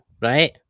right